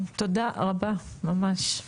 תודה רבה ממש.